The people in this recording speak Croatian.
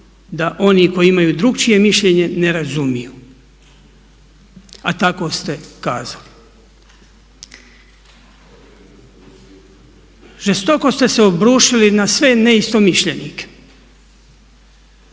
da oni koji imaju drukčije mišljenje ne razumiju. A tako ste kazali. Žestoko ste se obrušili na sve ne istomišljenike.